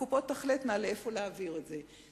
הקופות תחלטנה לאיפה להעביר את זה.